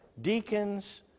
deacons